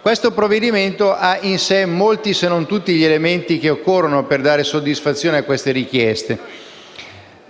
Questo provvedimento ha in sé molti, se non tutti gli elementi che occorrono per dare soddisfazione a queste richieste.